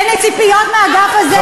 אין לי ציפיות מהאגף הזה.